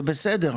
זה בסדר,